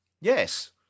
Yes